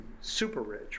super-rich